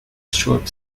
sharp